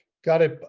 got it.